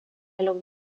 langue